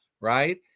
Right